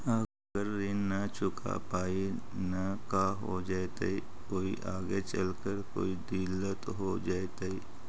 अगर ऋण न चुका पाई न का हो जयती, कोई आगे चलकर कोई दिलत हो जयती?